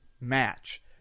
match